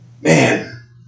man